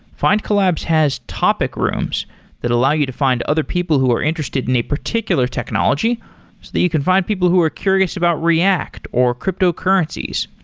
findcollabs has topic rooms that allow you to find other people who are interested in a particular technology so that you can find people who are curious about react, or cryptocurrencies,